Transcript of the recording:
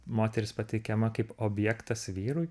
moteris pateikiama kaip objektas vyrui